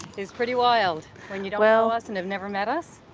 is pretty wild when you don't know us and have never met us.